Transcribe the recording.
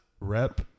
rep